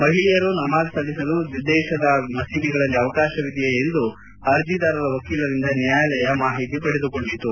ಮಹಿಳೆಯರು ನಮಾಜ್ ಸಲ್ಲಿಸಲು ವಿದೇಶದ ಮಸೀದಿಗಳಲ್ಲಿ ಅವಕಾಶವಿದೆಯೇ ಎಂದು ಅರ್ಜಿದಾರರ ವಕೀಲರಿಂದ ನ್ವಾಯಾಲಯ ಮಾಹಿತಿ ಪಡೆದುಕೊಂಡಿತು